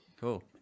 cool